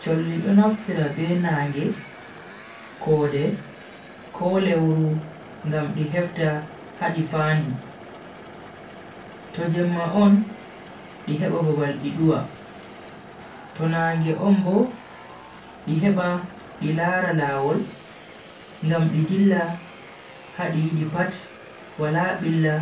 Cholli do naftira be nange, koode, ko lewru ngam di hefta ha di fandi. To Jemma on di heba babal di duwa, to naange on bo di heba di laara lawol ngam di dilla ha di yidi pat wala billa